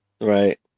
Right